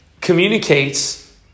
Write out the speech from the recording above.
communicates